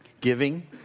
giving